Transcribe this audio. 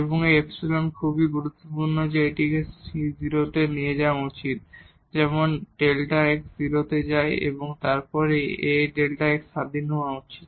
এবং এই ইপসিলন খুবই গুরুত্বপূর্ণ যে এটি 0 তে যাওয়া উচিত যেমন Δ x 0 তে যায় এবং এই A Δ x থেকে স্বাধীন হওয়া উচিত